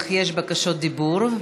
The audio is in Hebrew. אך יש בקשות דיבור,